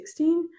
2016